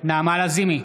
נעמה לזימי,